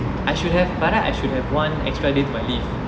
I should have but ah I should have one extra day to my leave